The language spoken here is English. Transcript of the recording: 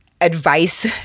advice